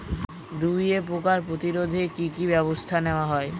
দুয়ে পোকার প্রতিরোধে কি কি ব্যাবস্থা নেওয়া হয়?